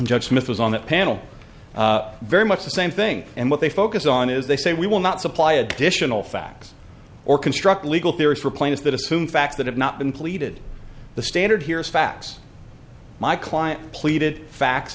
smith was on that panel very much the same thing and what they focus on is they say we will not supply additional facts or construct legal theories for plaintiff that assumes facts that have not been pleaded the standard here is facts my client pleaded facts